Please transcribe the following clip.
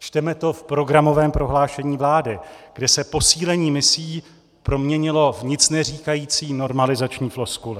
Čteme to v programovém prohlášení vlády, kde se posílení misí proměnilo v nicneříkající normalizační floskuli.